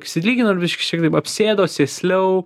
išsilygino ir biškį šitaip apsėdo sėsliau